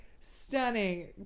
stunning